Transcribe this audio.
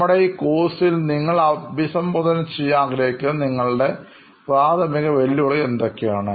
നമ്മുടെ ഈ കോഴ്സിൽ നിങ്ങൾഅഭിസംബോധന ചെയ്യാൻ ആഗ്രഹിക്കുന്ന നിങ്ങളുടെ പ്രാഥമിക വെല്ലുവിളികൾ എന്തൊക്കെയാണ്